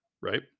Right